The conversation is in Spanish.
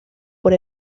por